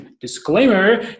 disclaimer